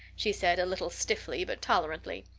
she said a little stiffly but tolerantly.